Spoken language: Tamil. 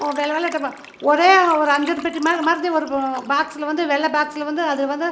ஓ வெள்ளை வெள்ளை டப்பா ஒரே ஒரு அஞ்சறை பெட்டி மாதிரி ஒரு ஒரு பாக்ஸில் வந்து வெள்ளை பாக்ஸில் வந்து அதில் வந்து